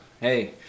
hey